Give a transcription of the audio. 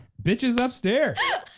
bitch is upstairs. yeah